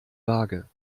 waage